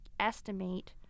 estimate